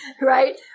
Right